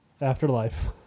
Afterlife